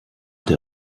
der